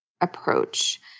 approach